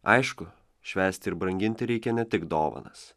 aišku švęsti ir branginti reikia ne tik dovanas